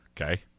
okay